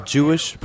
Jewish